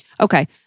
Okay